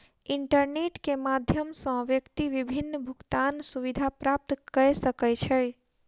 internet के माध्यम सॅ व्यक्ति विभिन्न भुगतान सुविधा प्राप्त कय सकै छै